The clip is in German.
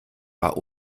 war